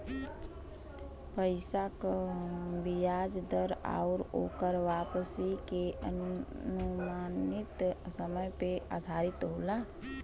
पइसा क बियाज दर आउर ओकर वापसी के अनुमानित समय पे आधारित होला